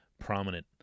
prominent